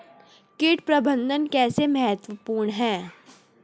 कीट प्रबंधन कैसे महत्वपूर्ण है?